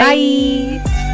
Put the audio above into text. Bye